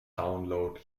download